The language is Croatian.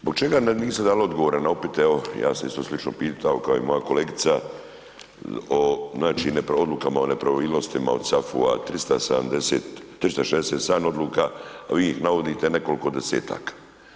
Zbog čega nam niste dali odgovore na upite, evo ja sam isto slično pitao kao i moja kolegica o, znači, odlukama o nepravilnostima od SAFU-a 367 odluka, vi ih navodite nekoliko desetaka.